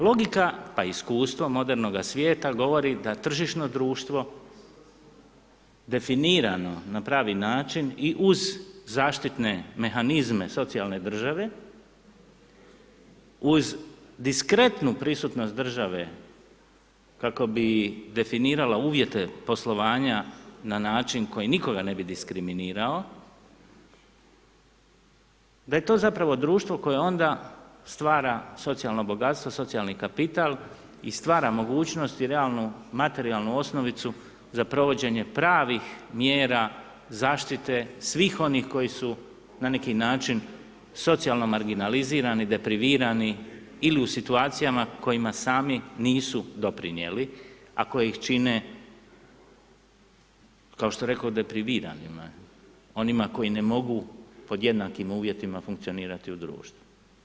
Logika pa i iskustvo modernoga svijeta govori da tržišno društvo definirano na pravi način i u zaštitne mehanizme socijalne države, uz diskretnu prisutnost države kako bi definirala uvjete poslovanja na način na koji nikoga ne bi diskriminirao, da je to zapravo društvo koje onda stvara socijalno bogatstvo, socijalni kapital i stvara mogućnost i realnu, materijalnu osnovicu za provođenje pravih mjera zaštite svih onih koji su na neki način socijalno marginalizirani, deprivirani ili u situacijama kojima sami nisu doprinijeli a koje ih čine kao što rekoh, depriviranima, onima kojima ne mogu pod jednakim uvjetima funkcionirati u društvu.